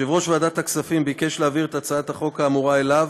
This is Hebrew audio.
יושב-ראש ועדת הכספים ביקש להעביר את הצעת החוק האמורה אליו.